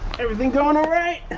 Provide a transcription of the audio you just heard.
everything going alright